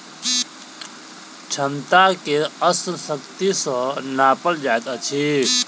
क्षमता के अश्व शक्ति सॅ नापल जाइत अछि